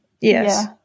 yes